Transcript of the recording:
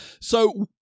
So-